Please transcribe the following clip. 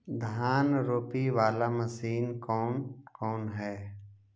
धान रोपी बाला मशिन कौन कौन है?